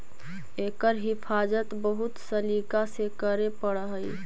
एकर हिफाज़त बहुत सलीका से करे पड़ऽ हइ